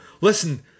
listen